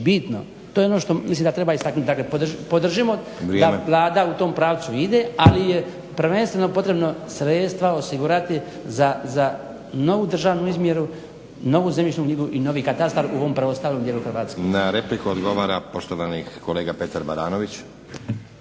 bitno. To je ono što mislim da treba istaknut. Dakle podržimo da Vlada u tom pravcu ide, ali je prvenstveno potrebno sredstva osigurati za novu državnu izmjeru, novu zemljišnu knjigu i novi katastar u ovom preostalom dijelu Hrvatske. **Stazić, Nenad (SDP)** Na repliku odgovara poštovani kolega Petar Baranović.